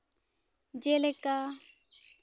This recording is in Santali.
ᱡᱮᱞᱮᱠᱟ